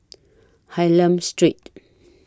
Hylam Street